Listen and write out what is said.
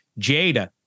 jada